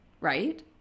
right